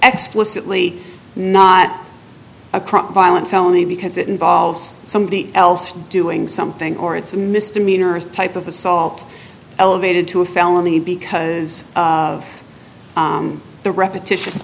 explicitly not a violent felony because it involves somebody else doing something or it's a misdemeanor type of assault elevated to a felony because of the repetitious